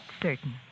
certain